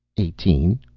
eighteen.